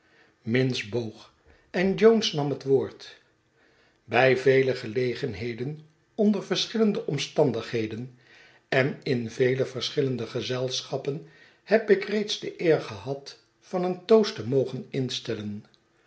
minns boog en jones nam het woord by vele gelegenheden onder verschillende omstandigheden en in vele verschillende gezelschappen heb ik reeds de eer gehad van een toast te mogen instellen